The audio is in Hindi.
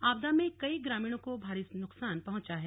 आपदा में कई ग्रामीणों को भारी नुकसान पहुंचा है